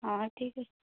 ହଁ ଠିକ୍ ଅଛି